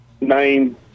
name